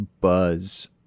buzz